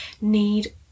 need